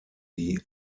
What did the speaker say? die